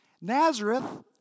Nazareth